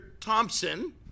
Thompson